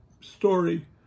story